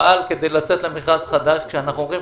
פעל כדי לצאת למכרז חדש כשאנחנו אומרים,